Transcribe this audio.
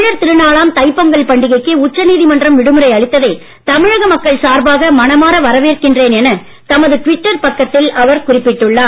தமிழர் திருநாளாம் தை பொங்கல் பண்டிகைக்கு உச்சநீதிமன்றம் விடுமுறை அளித்ததை தமிழக மக்கள் சார்பாக மனமார வரவேற்கின்றேன் டுவிட்டர் பக்கத்தில் அவர் குறிப்பிட்டுள்ளார்